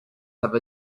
have